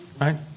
right